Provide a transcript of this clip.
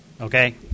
Okay